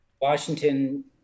Washington